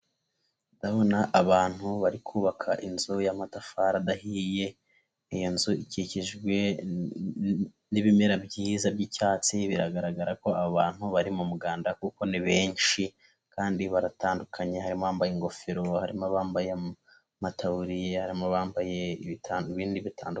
Ndabona abantu bari kubaka inzu y'amatafari adahiye, iyo nzu ikikijwe n'ibimera byiza by'icyatsi biragaragara ko abantu bari mu muganda kuko ni benshi kandi baratandukanye, harimo bambaye ingofero, harimo abambaye amataburiya, harimo bambaye ibindi bitandukanye.